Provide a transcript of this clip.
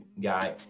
guy